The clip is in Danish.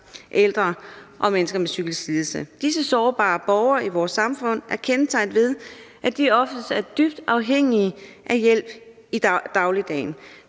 ældre og mennesker med psykisk lidelse. Disse sårbare borgere i vores samfund er kendetegnet ved, at de oftest er dybt afhængige af hjælp i dagligdagen.